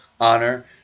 honor